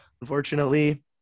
unfortunately